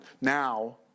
Now